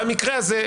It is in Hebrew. במקרה הזה,